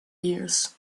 years